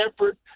effort